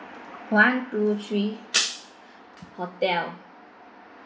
one two three hotel